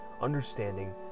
understanding